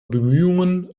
bemühungen